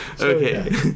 Okay